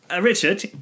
Richard